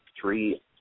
three